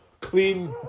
clean